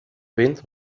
wind